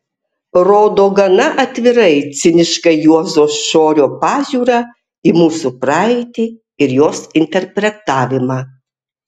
rodo gana atvirai cinišką juozo šorio pažiūrą į mūsų praeitį ir jos interpretavimą